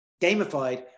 gamified